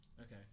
Okay